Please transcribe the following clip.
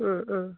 അ ആ